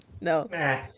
no